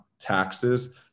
taxes